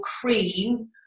cream